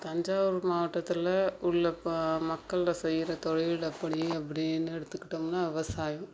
தஞ்சாவூர் மாவட்டத்தில் உள்ள கா மக்கள் செய்யுற தொழில் அப்படி அப்படின்னு எடுத்துக்கிட்டோம்னால் விவசாயம்